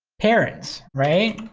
parents, right?